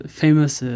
famous